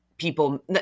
people